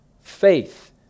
faith